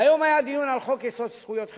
והיום היה דיון על חוק-יסוד: זכויות חברתיות.